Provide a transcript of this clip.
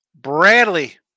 Bradley